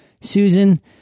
Susan